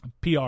PR